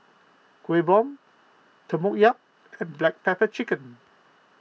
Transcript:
Kueh Bom Tempoyak and Black Pepper Chicken